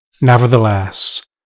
Nevertheless